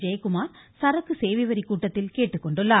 ஜெயக்குமார் சரக்கு சேவை வரி கூட்டத்தில் கேட்டுக்கொண்டுள்ளார்